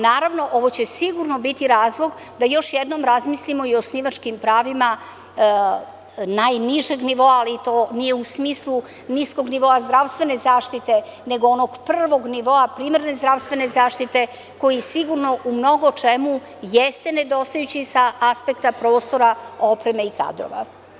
Naravno, ovo će sigurno biti razlog da još jednom razmislimo i o osnivačkim pravima najnižeg nivoa, ali to nije u smislu niskog nivoa zdravstvene zaštite, nego onog prvog nivoa primarne zdravstvene zaštite koji sigurno u mnogo čemu jeste nedostajući sa aspekta prostora opreme i kadrova.